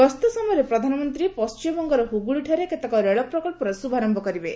ଗସ୍ତ ସମୟରେ ପ୍ରଧାନମନ୍ତ୍ରୀ ପଣ୍ଢିମବଙ୍ଗର ହୁଗୁଳିଠାରେ କେତେକ ରେଳ ପ୍ରକଳ୍ପର ଶୁଭାରମ୍ଭ କରିବେ